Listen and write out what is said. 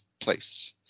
place